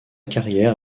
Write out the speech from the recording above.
carrière